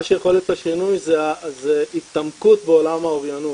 מה שיחולל את השינוי זה התעמקות בעולם האוריינות.